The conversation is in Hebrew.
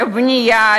לבנייה,